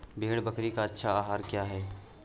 भेड़ बकरी का अच्छा आहार क्या है?